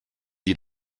die